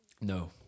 No